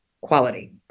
quality